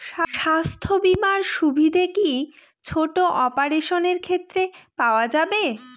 স্বাস্থ্য বীমার সুবিধে কি ছোট অপারেশনের ক্ষেত্রে পাওয়া যাবে?